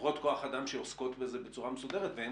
חברות כוח-אדם שעוסקות בזה בצורה מסודרת והן